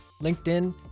LinkedIn